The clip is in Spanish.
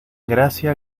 gracia